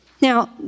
Now